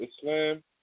Islam